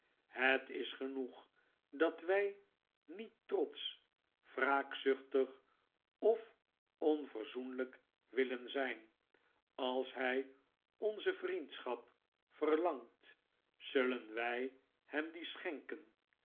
het is genoeg dat wij niet trotsch wraakzuchtig of onverzoenlijk willen zijn als hij onze yriendschap verlangt zullen wij hem die schenken